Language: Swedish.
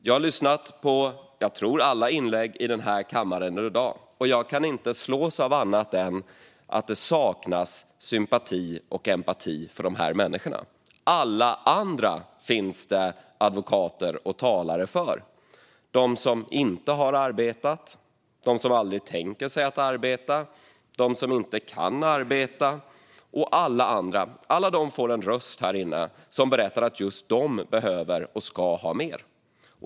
Jag tror att jag har lyssnat på alla inlägg i denna kammare under dagen, och jag kan inte slås av annat än att det saknas sympati och empati för dessa människor. Alla andra finns det advokater och talare för: de som inte har arbetat, de som aldrig tänker sig att arbeta, de som inte kan arbeta och alla andra. Alla de får en röst här inne som berättar att just de behöver och ska ha mer.